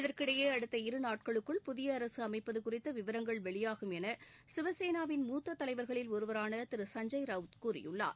இதற்கிடையே அடுத்த இரு நாட்களுக்குள் புதிய அரசு அமைப்பது குறித்த விவரங்கள் வெளியாகும் என சிவசேனாவின் மூத்த தலைவர்களில் ஒருவரான திரு சஞ்ஜய் ரவ்த் கூறியுள்ளார்